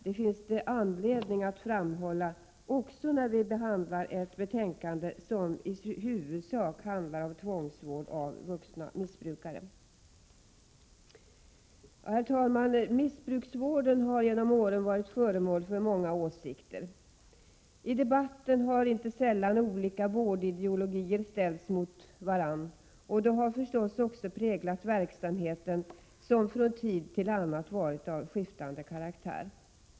Det finns anledning att framhålla detta, även när vi behandlar ett betänkande som i huvudsak handlar om tvångsvård av vuxna missbrukare. Herr talman! Missbrukarvården har genom åren varit föremål för många åsikter. I debatten har inte sällan olika vårdideologier ställts mot varandra, och det har förstås också präglat verksamheten, som från tid till annan varit av skiftande karaktär.